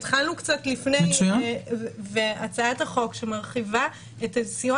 התחלנו קצת לפני והצעת החוק שמרחיבה את סיוע